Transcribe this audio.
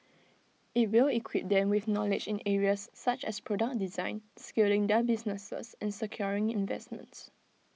IT will equip them with knowledge in areas such as product design scaling their businesses and securing investments